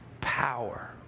power